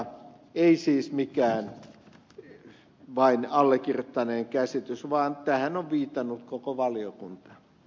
se ei siis ole mikään vain allekirjoittaneen käsitys vaan tähän on viitannut koko valiokunta